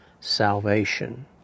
salvation